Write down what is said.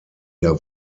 der